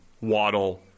Waddle